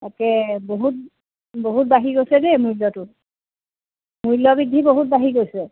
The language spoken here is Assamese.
তাকে বহুত বহুত বাঢ়ি গৈছে দেই মূল্যটো মূল্য বৃদ্ধি বহুত বাঢ়ি গৈছে